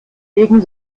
gegen